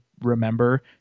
remember